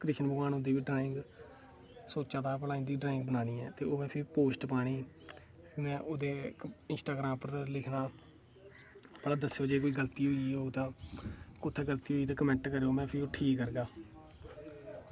कृष्ण भगवान हुंदी बी ड्राइंग सोचा दा हा भला कि में इं'दी बी ड्राइंग बनानी ऐ ते ओह् फिर उस्सी पोस्ट पानी इ'यां ओह्दे इंस्टाग्राम उप्पर लिखना भला दस्सेओ कि जेह्ड़ी गलती होई होग भला कुत्थें गलती होई ते कमैंट करेओ में ठीक करगा